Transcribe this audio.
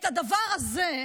את הדבר הזה,